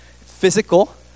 physical